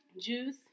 juice